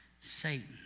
Satan